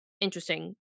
interesting